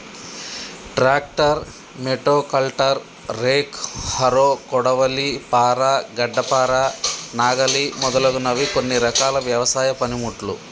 tractor, motocultor, rake, harrow, కొడవలి, పార, గడ్డపార, నాగలి మొదలగునవి కొన్ని రకాల వ్యవసాయ పనిముట్లు